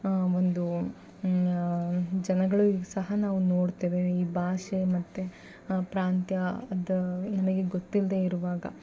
ಒಂದು ಜನಗಳು ಸಹ ನಾವು ನೋಡ್ತೇವೆ ಈ ಭಾಷೆ ಮತ್ತು ಪ್ರಾಂತ್ಯ ಅದು ನಮಗೆ ಗೊತ್ತಿಲ್ಲದೇ ಇರುವಾಗ